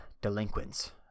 delinquents